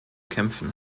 kämpfen